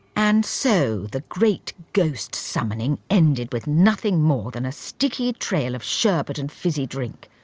and so the great ghost summoning ended with nothing more than a sticky trail of sherbet and fizzy drink.